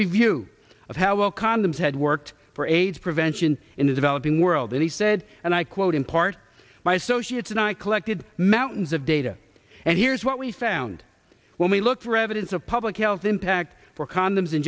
review of how well condoms had worked for aids prevention in the developing world and he said and i quote in part my associates and i collected melton's of data and here's what we found when we look for evidence of public health impact for condoms and